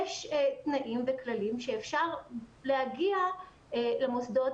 יש תנאים וכללים שאפשר להגיע למוסדות